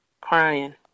crying